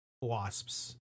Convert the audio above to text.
wasps